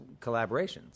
collaborations